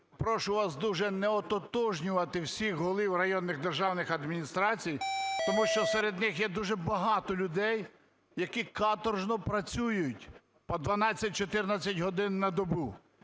Прошу вас дуже не ототожнювати всіх голів районних державних адміністрацій, тому що серед них є дуже багато людей, які каторжно працюють по 12-14 годин на добу.